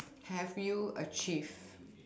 have you achieved